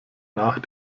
nach